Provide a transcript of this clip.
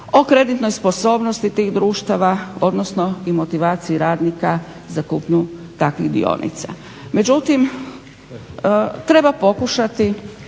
o kreditnoj sposobnosti tih društava odnosno i motivaciji radnika za kupnju takvih dionica.